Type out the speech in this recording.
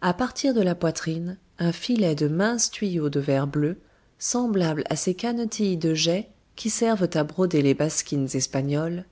à partir de la poitrine un filet de minces tuyaux de verre bleu semblables à ces cannetilles de jais qui servent à broder les basquines espagnoles